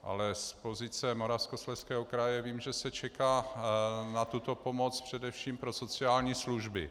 Ale z pozice Moravskoslezského kraje vím, že se čeká na tuto pomoc především pro sociální služby.